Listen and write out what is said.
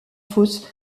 fosse